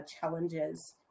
challenges